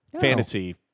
fantasy